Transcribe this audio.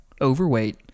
overweight